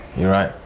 you're right.